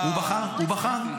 הוא בחר?